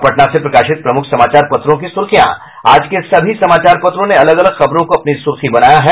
अब पटना से प्रकाशित प्रमुख समाचार पत्रों की सूर्खियां आज के सभी समाचार पत्रों ने अलग अलग खबरों को अपनी पहली सुर्खी बनाया है